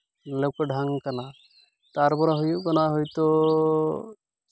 ᱞᱟᱹᱣᱠᱟᱹ ᱰᱷᱟᱝ ᱟᱠᱟᱱᱟ ᱛᱟᱨᱯᱚᱨᱮ ᱦᱩᱭᱩᱜ ᱠᱟᱱᱟ ᱦᱳᱭᱛᱳ